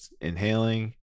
inhaling